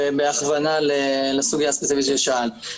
בהכוונה לסוגיה הספציפית ששאלת.